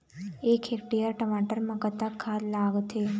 एक हेक्टेयर टमाटर म कतक खाद लागथे?